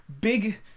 big